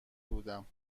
بودم